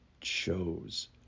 chose